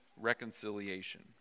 reconciliation